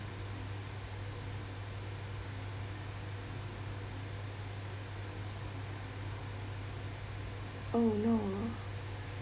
oh no